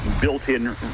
built-in